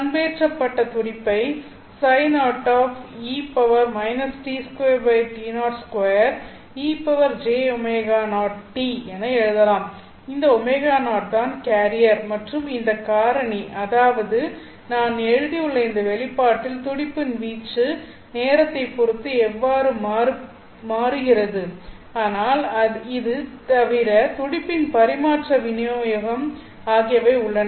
பண்பேற்றப்பட்ட துடிப்பை என எழுதலாம் இந்த ω0 தான் கேரியர் மற்றும் இந்த காரணி அதாவது நான் எழுதியுள்ள இந்த வெளிப்பாட்டில் துடிப்பின் வீச்சு நேரத்தை பொறுத்து எவ்வாறு மாறுகிறது ஆனால் இது தவிர துடிப்பின் பரிமாற்ற விநியோகம் ஆகியவை உள்ளன